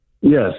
Yes